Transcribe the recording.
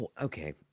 Okay